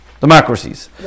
democracies